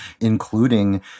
including